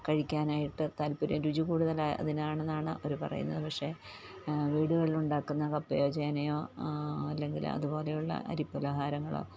കഴിക്കാനായിട്ട് താല്പര്യം രുചി കൂടുതൽ അതിനാണെന്നാണ് അവര് പറയുന്നത് പക്ഷേ വീടുകളിൽ ഉണ്ടാക്കുന്ന കപ്പയോ ചേനയോ അല്ലെങ്കിൽ അതുപോലെയുള്ള അരി പലഹാരങ്ങളോ